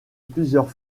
plusieurs